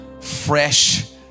fresh